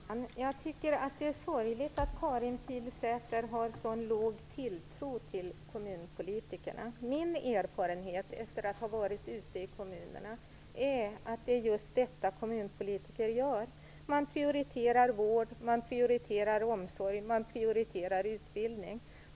Fru talman! Jag tycker att det är sorgligt att Karin Pilsäter har en så låg tilltro till kommunpolitikerna. Min erfarenhet efter att ha varit ute i kommunerna är att det är just prioritering som kommunpolitiker gör. De prioriterar vård, omsorg och utbildning.